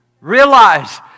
Realize